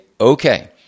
okay